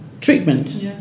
treatment